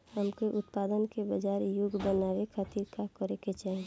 हमके उत्पाद के बाजार योग्य बनावे खातिर का करे के चाहीं?